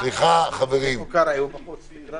רק יש בזה איתות לממשלה.